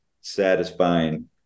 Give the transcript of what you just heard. satisfying